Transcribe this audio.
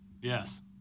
Yes